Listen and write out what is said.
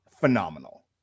phenomenal